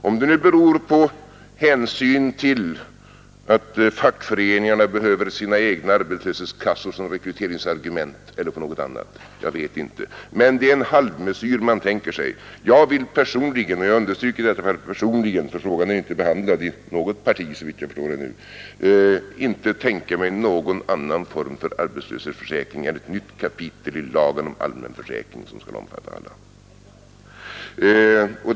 Om det nu beror på hänsynen till att fackföreningarna behöver sina egna arbetslöshetskassor såsom rekryteringsargument eller på något annat, är det en halvmesyr man tänkter sig. Jag vill personligen — jag understryker detta med personligen, ty frågan är ännu inte behandlad i något parti, såvitt jag förstår — inte tänka mig någon annan form för arbetslöshetsförsäkring än ett nytt kapitel i lagen om allmän försäkring, vilket skall omfatta alla.